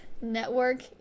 network